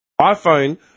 iPhone